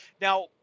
Now